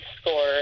score